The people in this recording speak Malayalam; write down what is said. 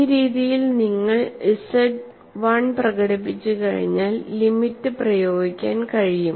ഈ രീതിയിൽ നിങ്ങൾ ZI പ്രകടിപ്പിച്ചുകഴിഞ്ഞാൽ ലിമിറ്റ് പ്രയോഗിക്കാൻ കഴിയും